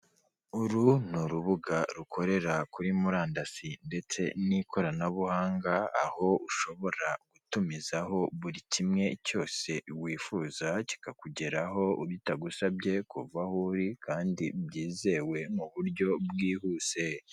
Uru ni urubuga rukorera kuri murandasi ndetse n'ikoranabuhanga, aho ushobora gutumizaho buri kimwe cyose wifuza kikakugeraho bitagusabye kuva aho uri kandi bwizewe mu buryo bwihuse.